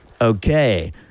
okay